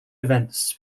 events